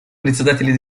председателей